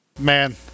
Man